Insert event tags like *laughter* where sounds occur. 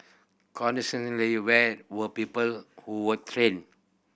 *unintelligible* where were people who were trained